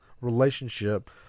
relationship